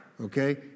Okay